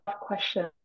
question